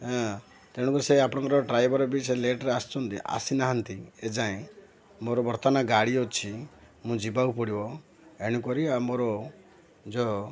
ହେଁ ତେଣୁକରି ସେ ଆପଣଙ୍କର ଡ୍ରାଇଭର ବି ସେ ଲେଟରେ ଆସୁଛନ୍ତି ଆସିନାହାନ୍ତି ଏଯାଏଁ ମୋର ବର୍ତ୍ତମାନ ଗାଡ଼ି ଅଛି ମୁଁ ଯିବାକୁ ପଡ଼ିବ ଏଣୁକରି ଆଉ ମୋର ଯୋ